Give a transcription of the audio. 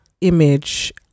image